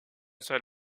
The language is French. seul